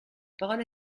parole